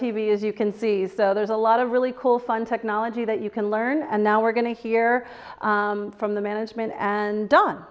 v as you can see is the there's a lot of really cool fun technology that you can learn and now we're going to hear from the management and done